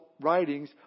writings